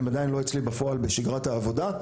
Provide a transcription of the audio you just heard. הם עדיין לא אצלי בפועל בשגרת העבודה.